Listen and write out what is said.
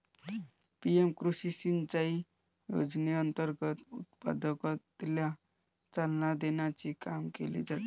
PM कृषी सिंचाई योजनेअंतर्गत उत्पादकतेला चालना देण्याचे काम केले जाते